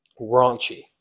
Raunchy